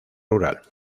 rural